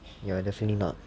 ya you are definitely not